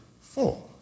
four